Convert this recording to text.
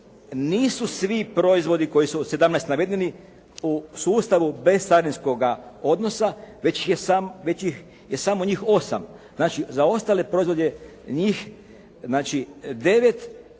nisu svi proizvodi koji su od 17 navedeni u sustavu bezcarinskoga odnosa već ih je samo njih 8. Znači za ostale proizvode je